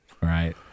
right